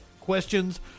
questions